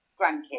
grandkids